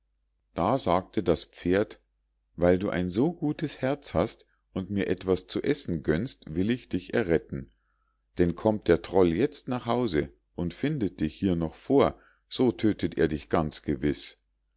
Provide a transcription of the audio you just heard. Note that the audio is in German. da sagte das pferd weil du ein so gutes herz hast und mir etwas zu essen gönnst will ich dich erretten denn kommt der troll jetzt nach hause und findet dich hier noch vor so tödtet er dich ganz gewiß